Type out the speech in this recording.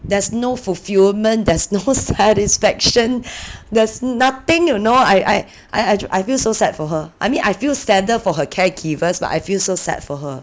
there's no fulfilment there's no satisfaction there's nothing you know I I I I feel so sad for her I mean I feel sadder for her caregivers but I feel so sad for her